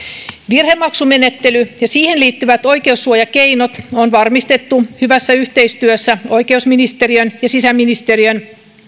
virhemaksumenettely ja siihen liittyvät oikeussuojakeinot on varmistettu hyvässä yhteistyössä oikeusministeriön ja sisäministeriön